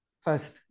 first